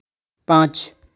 पाँच